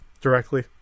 directly